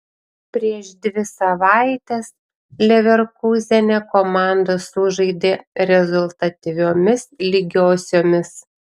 prieš dvi savaites leverkūzene komandos sužaidė rezultatyviomis lygiosiomis